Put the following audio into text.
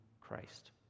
Christ